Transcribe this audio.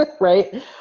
right